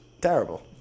Terrible